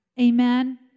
Amen